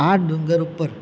આ ડુંગર ઉપર